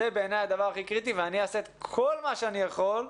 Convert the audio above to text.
בעיניי זה הדבר הכי קריטי ואני אעשה את כל מה שאני יכול,